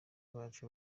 bacu